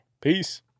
peace